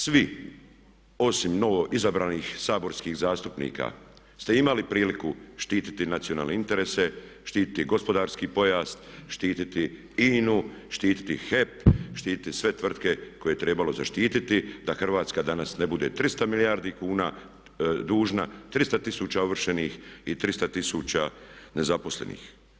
Svi osim novo izabranih saborskih zastupnika ste imali priliku štiti nacionalne interese, štiti gospodarski pojas, štititi INA-u, štiti HEP, štititi sve tvrtke koje je trebalo zaštititi da Hrvatska danas ne bude 300 milijardi kuna dužna, 300 tisuća ovršenih i 300 tisuća nezaposlenih.